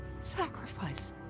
sacrifice